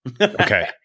Okay